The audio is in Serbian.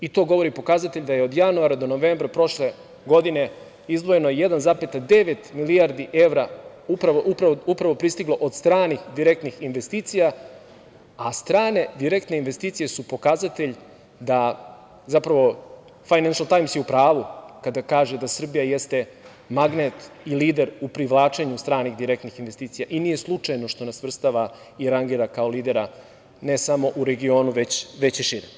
I to govori pokazatelj da je od januara do novembra prošle godine izdvojeno 1,9 milijardi evra upravo pristiglo od stranih direktnih investicija, a strane direktne investicije su pokazatelj, zapravo „Fajnenšl Tajms“ je u pravu kada kaže da Srbija jeste magnet i lider u privlačenju stranih direktnih investicija i nije slučajno što nas svrstava i rangira kao lidera ne samo u regionu, već i šire.